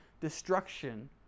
destruction